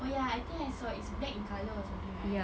oh ya I think I saw it's black in colour or something right